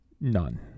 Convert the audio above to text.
None